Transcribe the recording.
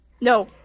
No